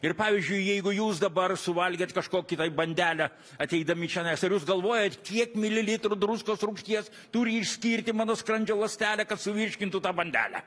ir pavyzdžiui jeigu jūs dabar suvalgėt kažkokį tai bandelę ateidami čenais jūs galvojat kiek mililitrų druskos rūgšties turi ištirti mano skrandžio ląstelė kad suvirškintų tą bandelę